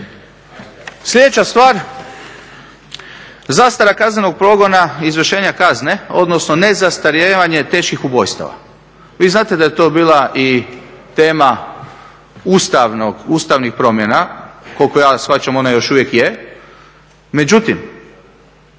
Sljedeća stvar, zastara kaznenog progona izvršenja kazne, odnosno nezastarijevanje teških ubojstava. Vi znate da je to bila i tema ustavnih promjena, koliko ja shvaćam ona još uvijek je. Međutim